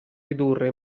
ridurre